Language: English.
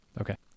Okay